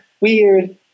weird